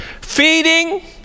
feeding